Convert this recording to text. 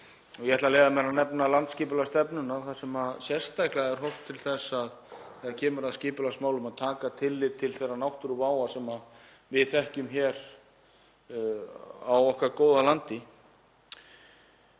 Ég ætla að leyfa mér að nefna landsskipulagsstefnuna þar sem sérstaklega er horft til þess þegar kemur að skipulagsmálum að taka tillit til þeirrar náttúruvár sem við þekkjum hér á okkar góða landi.